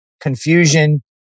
confusion